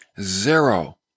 Zero